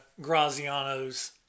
Grazianos